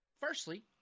Firstly